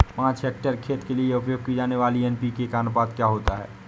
पाँच हेक्टेयर खेत के लिए उपयोग की जाने वाली एन.पी.के का अनुपात क्या होता है?